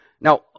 Now